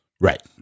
right